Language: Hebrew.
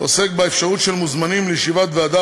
עוסק באפשרות של מוזמנים לישיבת ועדה